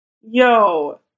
Yo